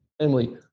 Emily